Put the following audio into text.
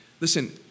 Listen